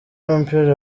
w’umupira